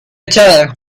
echada